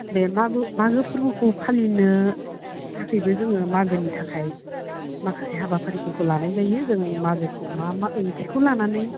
बे मागो मागो फोरबोखौ फालिनो थाखैबो जोङो मागोनि थाखाय माखासे हाबाफारिफोरखौ लानाय जायो जों मागोखौ मा मा ओंथिखौ लानानै